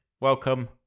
Welcome